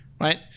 right